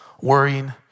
worrying